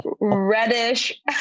reddish